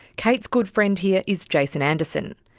kate's good friend here is jason anderson.